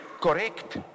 correct